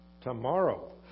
Tomorrow